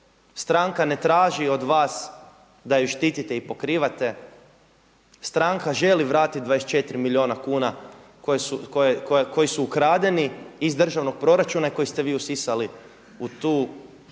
Stranka ne traži od vas da ju štitite i pokrivate, stranka želi vratiti 24 milijuna kuna koji su ukradeni iz državnog proračuna i koje ste vi usisali u tu, pa ja ne